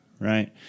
Right